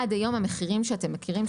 עד היום המחירים שאתם מכירים,